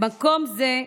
במקום זה,